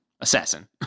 assassin